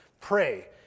Pray